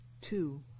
Two